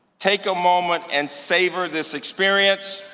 take a moment and savor this experience.